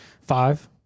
Five